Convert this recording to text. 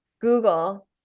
Google